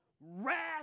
wrath